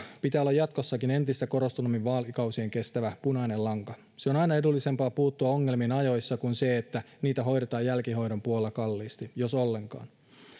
pitää olla jatkossakin entistä korostuneemmin vaalikausien yli kestävä punainen lanka on aina edullisempaa puuttua ongelmiin ajoissa kuin hoitaa niitä jälkihoidon puolella kalliisti jos ollenkaan